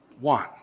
One